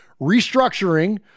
restructuring